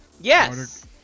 yes